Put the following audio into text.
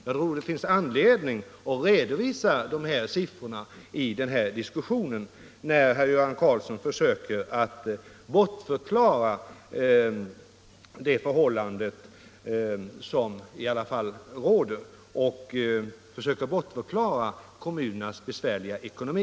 Jag tror det finns anledning att redovisa dessa siffror i diskussionen när herr Karlsson försöker bortförklara dels det förhållande som råder, dels kommunernas besvärliga ekonomi.